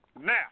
Now